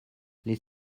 les